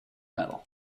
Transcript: medal